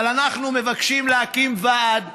אבל אנחנו מבקשים להקים ועד,